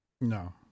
No